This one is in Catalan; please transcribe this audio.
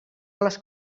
les